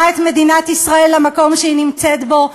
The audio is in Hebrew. את מדינת ישראל למקום שהיא נמצאת בו.